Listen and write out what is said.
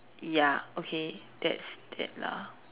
ya okay that's that lah